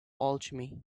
alchemy